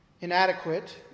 inadequate